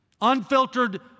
Unfiltered